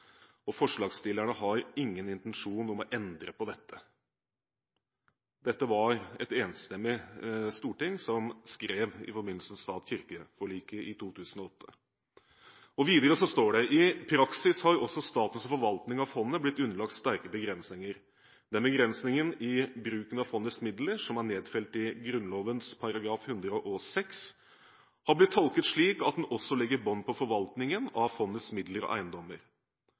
har ingen intensjon om å endre på dette.» Videre står det: «I praksis har også statens forvaltning av fondet blitt underlagt sterke begrensninger. Den begrensningen i bruken av fondets midler som er nedfelt i Grunnloven § 106, har blitt tolket slik at den også legger bånd på forvaltningen av fondets midler og eiendommer.